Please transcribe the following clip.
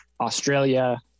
Australia